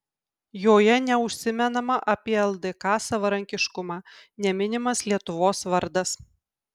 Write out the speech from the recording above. joje neužsimenama apie ldk savarankiškumą neminimas lietuvos vardas